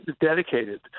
dedicated